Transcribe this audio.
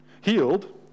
Healed